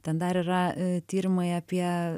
ten dar yra tyrimai apie